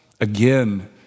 again